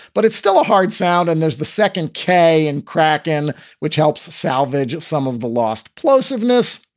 but it's still a hard sound and there's the second k and crack and which helps salvage some of the lost plosive ness.